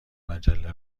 مجله